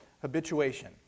habituation